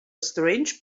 strange